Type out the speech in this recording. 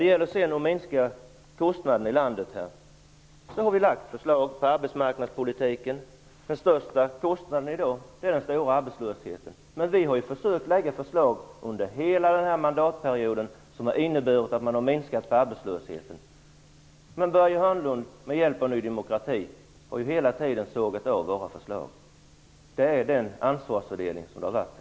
Vad gäller att minska kostnaderna i landet har vi lagt fram förslag på arbetsmarknadspolitikens område. Den största kostnaden i dag är den stora arbetslösheten. Vi har under hela den här mandatperioden försökt lägga fram förslag som har inneburit att arbetslösheten minskar, men Börje Hörnlund har med hjälp av Ny demokrati hela tiden sågat av våra förslag. Det är den ansvarsfördelning som har varit.